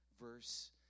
verse